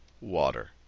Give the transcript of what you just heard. water